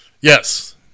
Yes